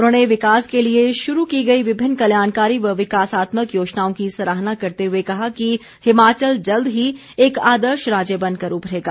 उन्होंने विकास के लिए शुरू की गई विभिन्न कल्याणकारी व विकासात्मक योजनाओं की सराहना करते हुए कहा कि हिमाचल जल्द ही एक आदर्श राज्य बनकर उभरेगा